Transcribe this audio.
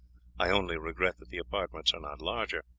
i only regret that the apartments are not larger.